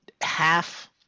half